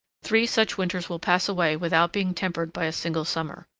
three such winters will pass away without being tempered by a single summer.